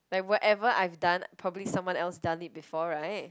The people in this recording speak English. like whatever I've done probably someone else done it before right